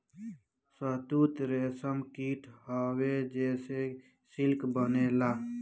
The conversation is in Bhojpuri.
शहतूत रेशम कीट हवे जेसे सिल्क बनेला